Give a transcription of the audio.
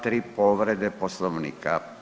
Tri povrede poslovnika.